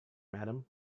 madam